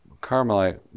Carmelite